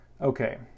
Okay